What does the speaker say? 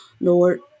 Lord